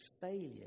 failure